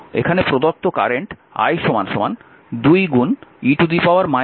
এখানে প্রদত্ত current i 2e t ampere